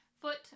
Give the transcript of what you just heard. foot